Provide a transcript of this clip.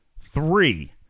three